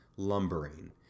Lumbering